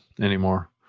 anymore